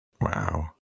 Wow